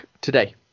today